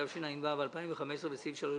התשע"ו-2015 בסעיף 3,